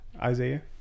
Isaiah